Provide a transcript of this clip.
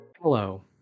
Hello